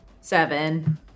Seven